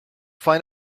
find